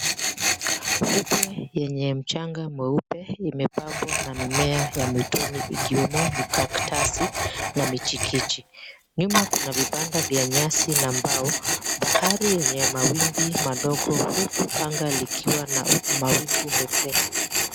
Fukwe yenye mchanga mweupe imepambwa na mimea ya mwituni ikiwemo cactus na michikichi. Nyuma kuna vibanda vya nyasi na mbao, bahari yenye mawimbi madogo, huku anga likiwa na mawingu mepesi.